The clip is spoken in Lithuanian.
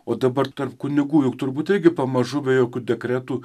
o dabar tarp kunigų juk turbūt irgi pamažu be jokių dekretų